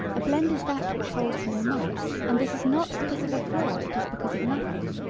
a blend is that which holds no mice and this is not because of a floor it is because of nothing,